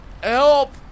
Help